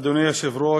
אדוני היושב-ראש,